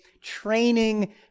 training